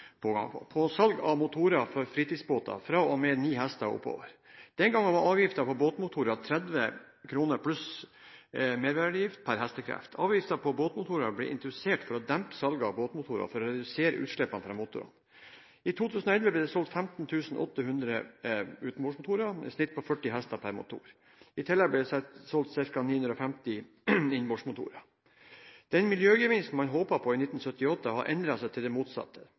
på salg av motorer for fritidsbåter fra og med 9 hk og oppover. Den gang var avgiften på båtmotorer 30 kr pluss merverdiavgift per hk. Avgiften på båtmotorer ble introdusert for å dempe salget av båtmotorer og for å redusere utslippene fra motoren. I 2011 ble det solgt ca. 15 800 utenbordsmotorer med et snitt på 40 hk per motor. I tillegg ble det solgt ca. 950 innenbordsmotorer. Den miljøgevinsten man håpet på i 1978, har endret seg til det motsatte,